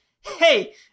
hey